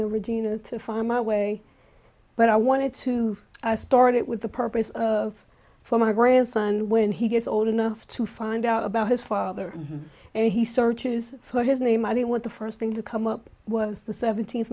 than regina to find my way but i wanted to start it with the purpose of for my grandson when he gets old enough to find out about his father and he searches for his name i didn't want the first thing to come up was the seventeenth